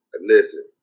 listen